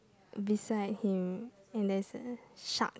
beside here and it's a shark